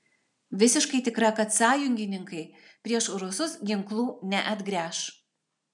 visiškai tikra kad sąjungininkai prieš rusus ginklų neatgręš